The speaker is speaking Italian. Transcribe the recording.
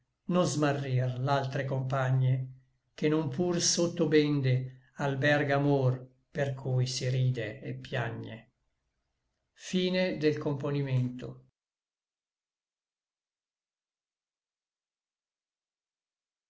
non smarrir l'altre compagne ché non pur sotto bende alberga amor per cui si ride et piagne